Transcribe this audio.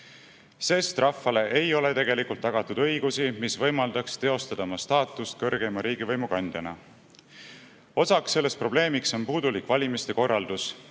sest rahvale ei ole tegelikult tagatud õigusi, mis võimaldaks teostada oma staatust kõrgeima riigivõimu kandjana. Osaks sellest probleemist on puudulik valimiste korraldus,